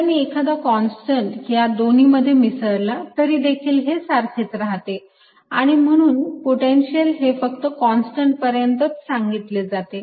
जर मी एखादा कॉन्स्टंट या दोन्ही मध्ये मिसळला तरी देखील हे सारखेच राहते आणि म्हणून पोटेन्शियल हे फक्त कॉन्स्टंट पर्यंतच सांगितले जाते